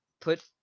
put